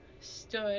stood